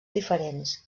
diferents